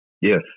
Yes